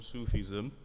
Sufism